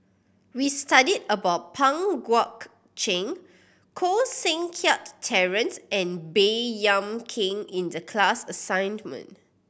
we studied about Pang Guek Cheng Koh Seng Kiat Terence and Baey Yam Keng in the class assignment